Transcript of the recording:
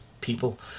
people